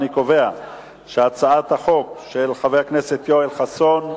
אני קובע שהצעת החוק של חבר הכנסת יואל חסון,